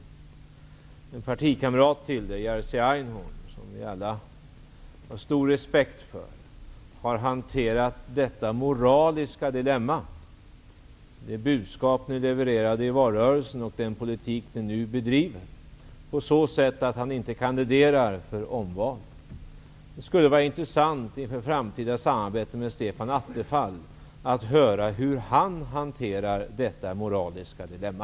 Jerzy Einhorn, en partikamrat till Stefan Attefall som vi alla har stor respekt för, har hanterat det moraliska dilemmat med det budskap som ni levererade i valrörelsen och den politik som ni nu driver på så sätt att han inte kandiderar för omval. Inför framtida samarbete med Stefan Attefall skulle det vara intressant att höra hur han hanterar detta moraliska dilemma.